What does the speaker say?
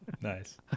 nice